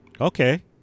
okay